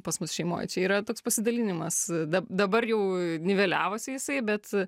pas mus šeimoj čia yra toks pasidalinimas dabar jau niveliavosi jisai bet